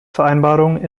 vereinbarung